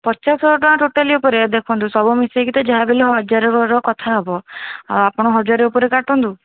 ପଚାଶ ହଜାର ଟଙ୍କା ଟୋଟାଲ୍ ଉପରେ ଦେଖନ୍ତୁ ସବୁ ମିଶେଇକି ତ ଯାହା ହେଲେବି ହଜାର ର କଥା ହେବ ଆଉ ଆପଣ ହଜାରେ ଉପରେ କାଟନ୍ତୁ